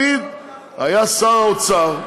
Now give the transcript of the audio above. לפיד היה שר האוצר.